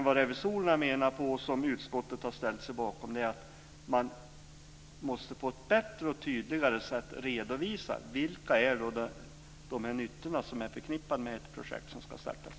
Vad revisorerna menar, och vad utskottet ställt sig bakom, är att man på ett bättre och tydligare sätt måste redovisa vilka de nyttor är som är förknippade med ett projekt som ska startas.